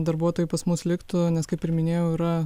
darbuotojai pas mus liktų nes kaip ir minėjau yra